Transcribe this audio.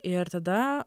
ir tada